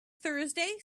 thursday